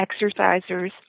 exercisers